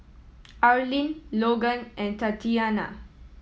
Arlene Logan and Tatiana